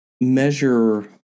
measure